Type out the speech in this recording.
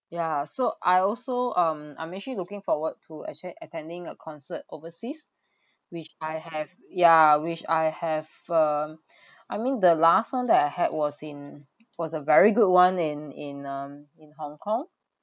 ya so I also um I'm actually looking forward to actually attending a concert overseas which I have yeah which I have um I mean the last one that I had was in was a very good one in in um in hong kong